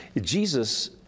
Jesus